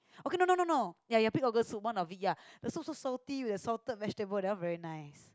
okay no no no no ya ya pig organ soup one of it ya the soup so salty with the salted vegetable that one very nice